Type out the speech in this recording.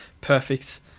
perfect